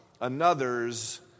another's